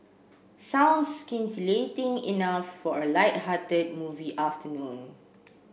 sounds scintillating enough for a lighthearted movie afternoon